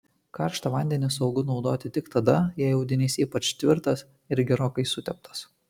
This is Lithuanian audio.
karštą vandenį saugu naudoti tik tada jei audinys ypač tvirtas ir gerokai suteptas